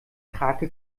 krake